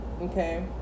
okay